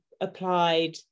applied